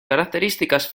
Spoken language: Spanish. características